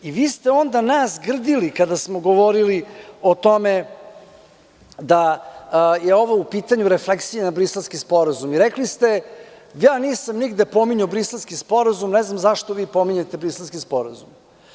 Nas ste onda grdili kada ste govorili o tome da je u pitanju refleksija na Briselski sporazum i rekli ste – nisam nigde spominjao Briselski sporazum, ne znam zašto pominjete Briselski sporazum.